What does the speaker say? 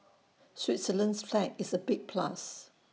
Switzerland's flag is A big plus